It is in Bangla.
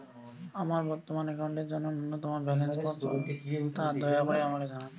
আমার বর্তমান অ্যাকাউন্টের জন্য ন্যূনতম ব্যালেন্স কত তা দয়া করে আমাকে জানান